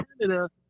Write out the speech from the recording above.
Canada